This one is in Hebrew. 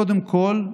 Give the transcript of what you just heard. קודם כול,